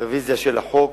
רוויזיה של החוק